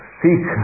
seek